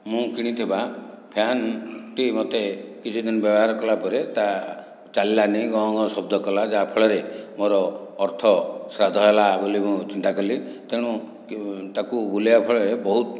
ମୁଁ କିଣିଥିବା ଫ୍ୟାନ୍ଟି ମୋତେ କିଛି ଦିନ ବ୍ୟବହାର କଲା ପରେ ତା ଚାଲିଲାନି ଗଁ ଗଁ ଶବ୍ଦ କଲା ଯାହାଫଳରେ ମୋର ଅର୍ଥ ଶ୍ରାଦ୍ଧ ହେଲା ବୋଲି ମୁଁ ଚିନ୍ତା କଲି ତେଣୁ ତାକୁ ବୁଲାଇବା ଫଳରେ ବହୁତ